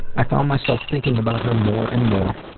i found myself thinking about her more and more,